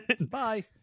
Bye